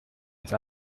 ist